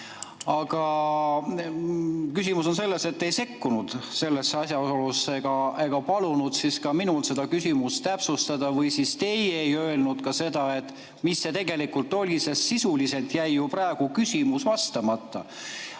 Aga mu küsimus on selles, et te ei sekkunud sellesse asjaolusse ega palunud ka minul seda küsimust täpsustada. Teie ei öelnud ka seda, mis see tegelikult oli, sest sisuliselt jäi ju praegu küsimus vastamata.